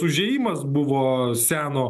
užėjimas buvo seno